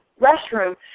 restroom